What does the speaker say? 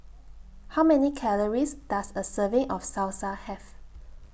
How Many Calories Does A Serving of Salsa Have